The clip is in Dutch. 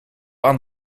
aan